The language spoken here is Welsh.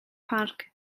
parc